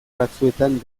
batzuetan